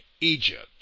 Egypt